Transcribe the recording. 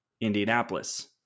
Indianapolis